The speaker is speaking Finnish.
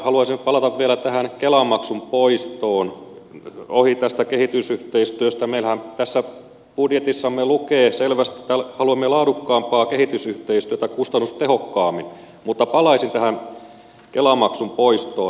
haluaisin palata vielä tähän kela maksun poistoon ohi tästä kehitysyhteistyöstä meillähän tässä budjetissamme lukee selvästi että haluamme laadukkaampaa kehitysyhteistyötä kustannustehokkaammin mutta palaisin tähän kela maksun poistoon